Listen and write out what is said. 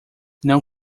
não